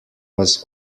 was